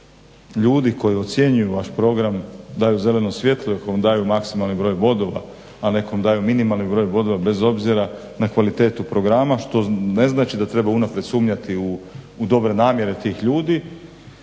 ljudi koji ocjenjuju vaš program daju zeleno svjetlo i ako vam daju maksimalni broj bodova, a nekom daju minimalni broj bodova bez obzira na kvalitetu programa, što ne znači da treba unaprijed sumnjati u dobre namjere tih ljudi.